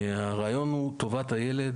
הרעיון הוא טובת הילד,